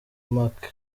macky